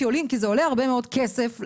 כי זה עולה הרבה מאוד כסף למדינה,